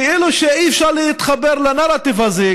כאילו שאי-אפשר להתחבר לנרטיב הזה.